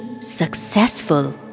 successful